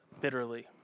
bitterly